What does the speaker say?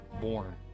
born